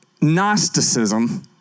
Gnosticism